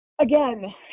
again